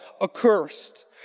accursed